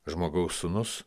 žmogaus sūnus